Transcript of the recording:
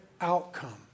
outcome